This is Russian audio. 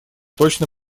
точно